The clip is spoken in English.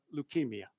leukemia